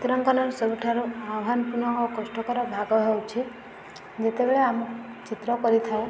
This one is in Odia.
ଚିତ୍ରାଙ୍କନ ସବୁଠାରୁ ଆହ୍ୱାନପୂର୍ଣ୍ଣ ଓ କଷ୍ଟକର ଭାଗ ହେଉଛି ଯେତେବେଳେ ଆମେ ଚିତ୍ର କରିଥାଉ